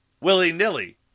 willy-nilly